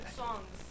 songs